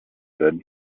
said